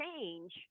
change